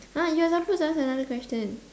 ah you're suppose to ask another question